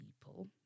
people